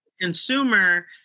consumer